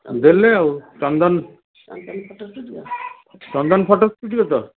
ଦେଲେ ଆଉ Chandan Chandan photo studio ତ